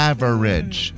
Average